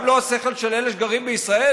גם לא השכל של אלה שגרים בישראל,